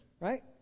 Right